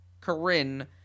Corinne